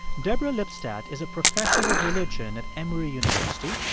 deborah lipstadt is a professor of religion at emory university.